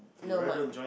no mud